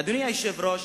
אדוני היושב-ראש,